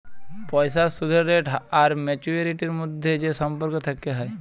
পইসার সুদের রেট আর ম্যাচুয়ারিটির ম্যধে যে সম্পর্ক থ্যাকে হ্যয়